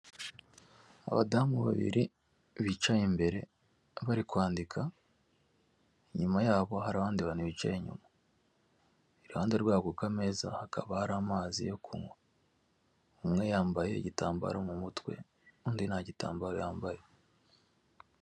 Abadamu babiri bicaye imbere bari kwandika inyuma yabo hari abandi bantu bicaye inyuma iruhande rwabo kukameza hakaba hari amazi yo kunywa, umwe yambaye igitambaro mu mutwe undi nta gitambaro yambaye.